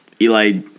Eli